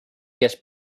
kes